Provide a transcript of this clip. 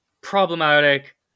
problematic